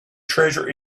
treasure